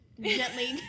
gently